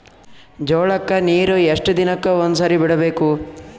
ಜೋಳ ಕ್ಕನೀರು ಎಷ್ಟ್ ದಿನಕ್ಕ ಒಂದ್ಸರಿ ಬಿಡಬೇಕು?